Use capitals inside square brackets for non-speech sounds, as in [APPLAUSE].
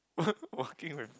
[LAUGHS] walking with